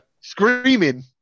Screaming